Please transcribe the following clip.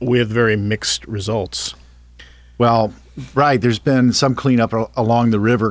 we have very mixed results well right there's been some cleanup along the river